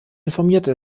informierte